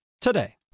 today